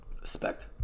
Respect